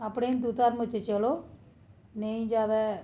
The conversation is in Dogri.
अपने हिन्दू धर्म च चलो नेईं जैदा